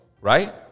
right